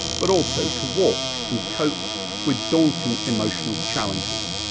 but also to walk and cope with daunting emotional challenges.